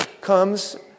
comes